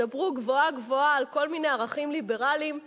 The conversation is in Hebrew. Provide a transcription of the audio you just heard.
ידברו גבוהה-גבוהה על כל מיני ערכים ליברליים.